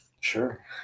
Sure